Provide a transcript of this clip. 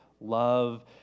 love